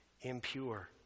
impure